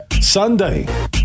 Sunday